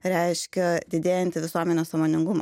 reiškia didėjantį visuomenės sąmoningumą